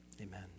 amen